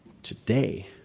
Today